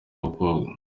abakobwa